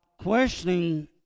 questioning